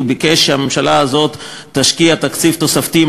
הוא ביקש שהממשלה הזאת תשקיע תקציב תוספתי,